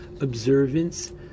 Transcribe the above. observance